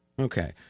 Okay